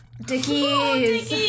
Dickies